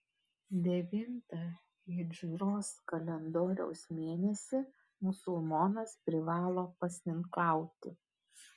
devintą hidžros kalendoriaus mėnesį musulmonas privalo pasninkauti